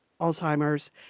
Alzheimer's